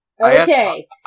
Okay